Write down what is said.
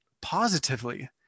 positively